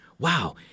Wow